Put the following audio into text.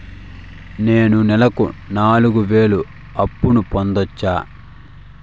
నేను నెలకు నాలుగు వేలు అప్పును పొందొచ్చా?